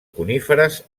coníferes